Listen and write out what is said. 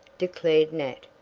declared nat,